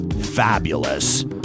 Fabulous